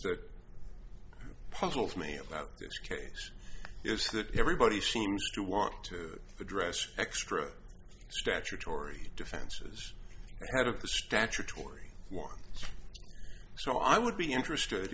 that puzzles me about this case is that everybody seems to want to address extra statutory defenses part of the statutory one so i would be interested